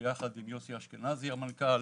ביחס עם יוסי אשכנזי המנכ"ל.